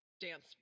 dance